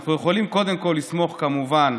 אנחנו יכולים קודם כול לסמוך, כמובן,